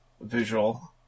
visual